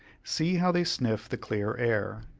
see how they sniff the clear air,